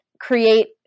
create